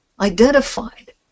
identified